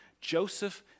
Joseph